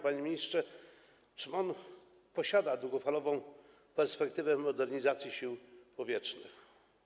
Panie ministrze, czy pan posiada długofalową perspektywę modernizacji Sił Powietrznych?